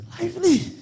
lively